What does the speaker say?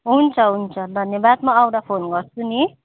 हुन्छ हुन्छ धन्यवाद म आउँदा फोन गर्छु नि